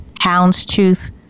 houndstooth